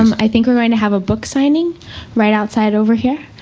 um i think we're going to have a book signing right outside over here.